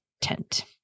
tent